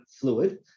fluid